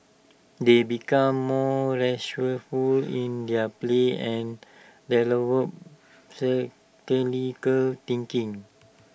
they become more resourceful in their play and thinking